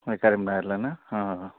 కరీంనగర్లోనా